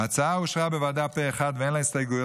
ההצעה אושרה בוועדה פה אחד, ואין לה הסתייגויות.